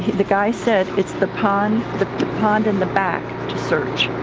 the guy said it's the pond the pond in the back to search.